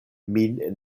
min